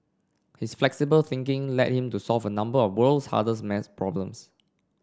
his flexible thinking led him to solve a number of world's hardest maths problems